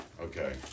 Okay